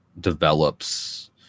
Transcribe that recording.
develops